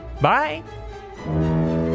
Bye